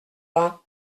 vingt